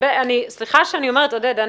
סליחה שאני אומרת, עודד.